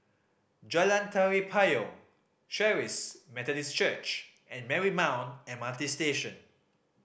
Jalan Tari Payong Charis Methodist Church and Marymount M R T Station